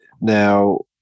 Now